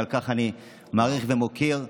ועל כך אני מעריך ומוקיר אותו.